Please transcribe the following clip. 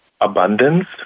abundance